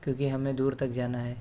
کیونکہ ہمیں دور تک جانا ہے